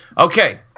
Okay